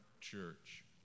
Church